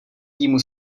týmu